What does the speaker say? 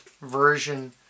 version